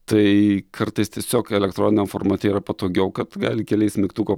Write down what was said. tai kartais tiesiog elektroniniam formate yra patogiau kad gali keliais mygtuko